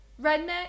redneck